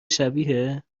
شبیه